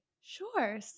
Sure